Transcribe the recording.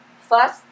First